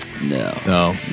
No